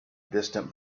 distant